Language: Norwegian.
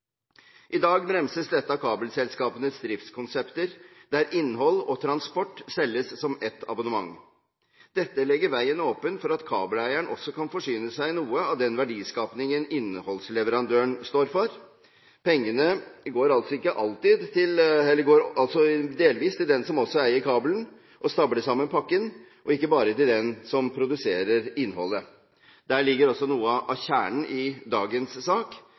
I dag bremses dette av kabelselskapenes driftskonsepter, der innhold og transport selges som ett abonnement. Dette legger veien åpen for at kabeleieren også kan forsyne seg noe av den verdiskapingen innholdsleverandøren står for. Pengene går altså delvis til den som eier kabelen og stabler sammen pakken, ikke bare til den som produserer innholdet. Der ligger også noe av kjernen i dagens sak: